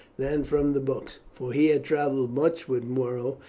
than from the books, for he had travelled much with muro,